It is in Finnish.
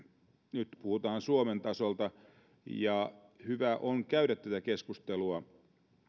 nyt puhutaan suomen tasolta ja on hyvä käydä tätä keskustelua